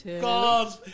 God